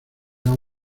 será